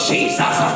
Jesus